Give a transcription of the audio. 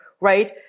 right